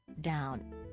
down